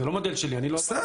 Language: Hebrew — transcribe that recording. זה לא מודל שלי --- בסדר,